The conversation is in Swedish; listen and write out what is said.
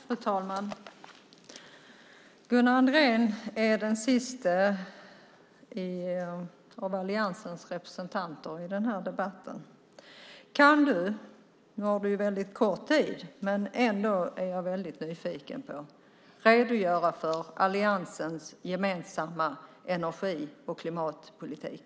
Fru talman! Gunnar Andrén är den siste av alliansens representanter i denna debatt. Nu har vi ont om tid, men jag är väldigt nyfiken: Kan du redogöra för alliansens gemensamma energi och klimatpolitik?